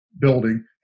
building